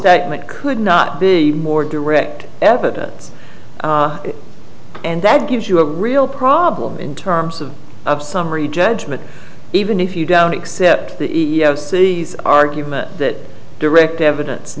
statement could not be more direct evidence and that gives you a real problem in terms of of summary judgement even if you don't accept the e e o c argument that direct evidence